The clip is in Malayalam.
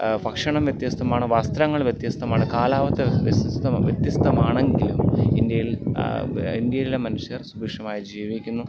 ഭക്ഷണം വ്യത്യസ്ഥമാണ് വസ്ത്രങ്ങൾ വ്യത്യസ്ഥമാണ് കാലാവസ്ഥ വ്യത്യസ്ഥം വ്യത്യസ്ഥമാണെങ്കിലും ഇന്ത്യയിൽ ഇന്ത്യയിലെ മനുഷ്യർ സുഭിക്ഷമായി ജീവിക്കുന്നു